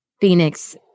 Phoenix